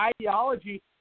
ideology